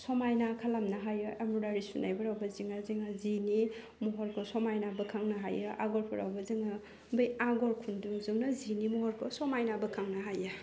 समायना खालामनो हायो एमब्रडारि सुनायफोरावबो जिनि महरखौ समायना बोखांनो हायो आगरफ्रावबो जोङो बे आगर खुन्दुंजोंनो जिनि महरखौ समायनाबो खामनो हायो